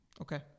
Okay